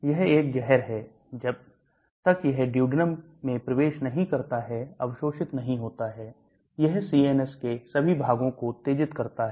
यह एक जहर है जब तक यह duodenum प्रवेश नहीं करता है अवशोषित नहीं होता है यह CNS के सभी भागों को उत्तेजित करता है